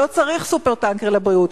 לא צריך "סופר-טנקר" לבריאות.